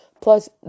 Plus